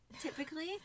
typically